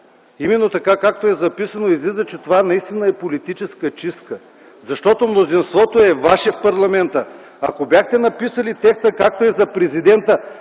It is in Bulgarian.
именно така, както е записано, излиза, че това наистина е политическа чистка. Защото мнозинството е ваше в парламента. Ако бяхте написали текста, както е за президента